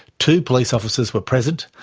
two police officers were present,